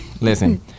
Listen